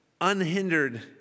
unhindered